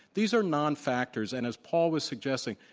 these are nonfactors. and as paul was suggesting,